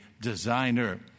designer